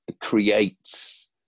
creates